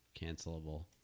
cancelable